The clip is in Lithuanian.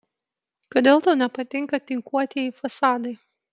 kodėl tau nepatinka tinkuotieji fasadai